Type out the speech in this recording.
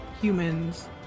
humans